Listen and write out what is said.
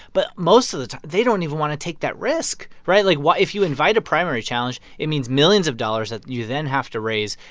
but most of the they don't even want to take that risk, right? like, if you invite a primary challenge, it means millions of dollars that you then have to raise.